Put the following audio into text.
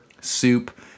Soup